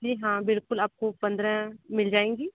जी हाँ बिलकुल आपको पंद्रह मिल जाएंगी